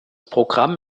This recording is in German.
programm